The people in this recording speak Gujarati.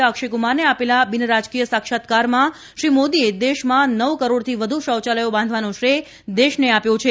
અભિનેતા અક્ષય્ક્મારને આપેલા બિનરાજકીય સાક્ષાત્કારમાં શ્રી મોદીએ દેશમાં નવ કરોડથી વ્ધ શૌચાલયો બાંધવાનો શ્રેય દેશને આપ્યો છે